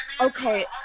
Okay